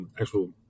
actual